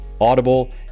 Audible